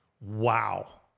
Wow